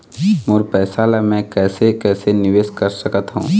मोर पैसा ला मैं कैसे कैसे निवेश कर सकत हो?